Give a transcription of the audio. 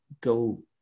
go